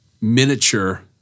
miniature